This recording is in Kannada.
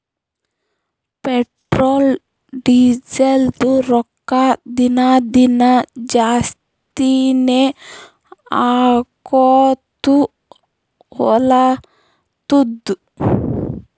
ಪೆಟ್ರೋಲ್, ಡೀಸೆಲ್ದು ರೊಕ್ಕಾ ದಿನಾ ದಿನಾ ಜಾಸ್ತಿನೇ ಆಕೊತ್ತು ಹೊಲತ್ತುದ್